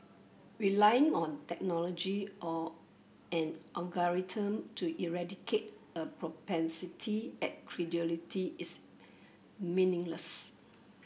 relying on technology or an algorithm to eradicate a propensity at credulity is meaningless